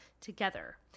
together